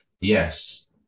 Yes